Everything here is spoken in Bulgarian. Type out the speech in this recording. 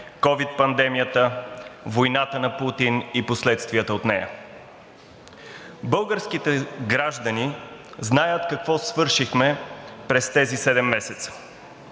COVID пандемията, войната на Путин и последствията от нея. Българските граждани знаят какво свършихме през тези седем месеца.